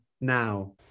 now